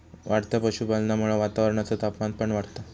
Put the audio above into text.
वाढत्या पशुपालनामुळा वातावरणाचा तापमान पण वाढता